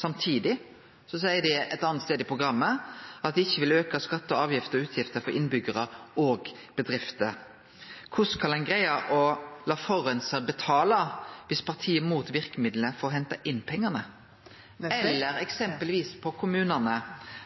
Samtidig seier dei ein annan stad i programmet at dei ikkje vil auke skatter, avgifter og utgifter for innbyggjarar og bedrifter. Korleis skal ein greie å la forureinar betale dersom partiet er imot verkemidla for å hente inn pengane? Eller, eksempelvis, når det gjeld kommunane: